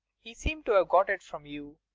he seemed to have got it from you.